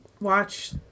watch